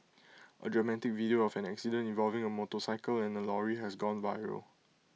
A dramatic video of an accident involving A motorcycle and A lorry has gone viral